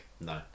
No